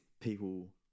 people